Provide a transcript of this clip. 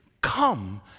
come